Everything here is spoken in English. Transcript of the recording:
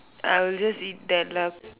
I'll just eat that lah